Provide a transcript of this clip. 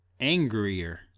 angrier